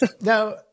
Now